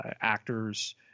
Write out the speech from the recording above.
actors